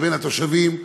לבין התושבים,